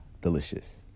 delicious